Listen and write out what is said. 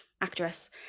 actress